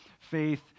faith